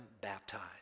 baptized